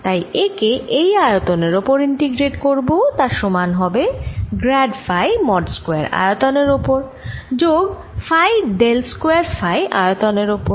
তাই একে এই আয়তনের ওপর ইন্টিগ্রেট করব তা সমান হবে গ্র্যাড ফাই মড স্কয়ার আয়তন এর ওপর যোগ ফাই ডেল স্কয়ার ফাই আয়তনের ওপর